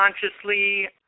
consciously